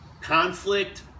conflict